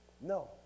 No